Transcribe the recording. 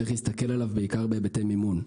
צריך להסתכל עליו בעיקר בהיבטי מימון.